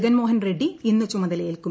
ജഗൻമോഹൻ റെഡ്ഡി ്ഇന്ന് ചുമതലയേൽക്കും